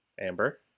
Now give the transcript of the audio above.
Amber